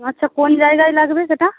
আচ্ছা কোন জায়গায় লাগবে সেটা